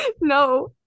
No